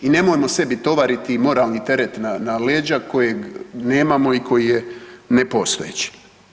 I nemojmo sebi tovariti moralni teret na leđa kojeg nemamo i koji je nepostojeći.